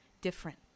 different